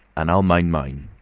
and i'll mind mine.